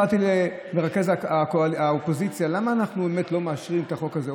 באתי לרכז האופוזיציה: למה באמת אנחנו לא מאשרים את החוק הזה?